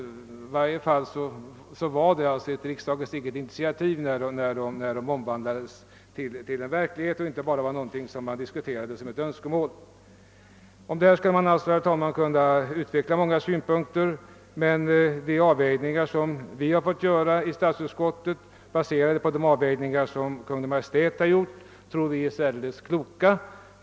I denna fråga, herr talman, skulle man kunna utveckla många synpunkter. De avvägningar som vi har fått göra i statsutskottet, och som är baserade på de avvägningar som Kungl. Maj:t har gjort, tror vi emellertid är särdeles kloka.